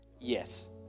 Yes